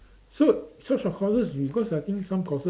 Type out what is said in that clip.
so so short courses because I think some courses